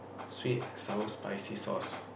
sweet sour spicy sauce